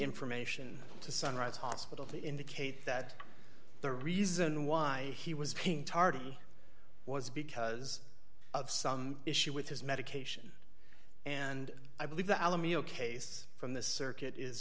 information to sunrise hospital to indicate that the reason why he was being tardy was because of some issue with his medication and i believe the alameda case from the circuit is